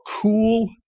cool